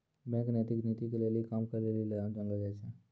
bank नैतिक नीति के लेली काम करै लेली जानलो जाय छै